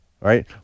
right